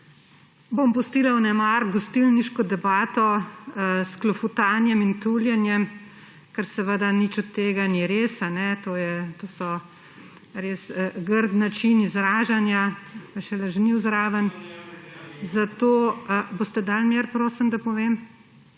Bom pustila vnemar gostilniško debato s klofutanjem in tuljenjem, ker seveda nič od tega ni res. To je res grd način izražanja, pa še lažniv zraven …/ oglašanje iz dvorane/ Boste dali mir, prosim, da povem?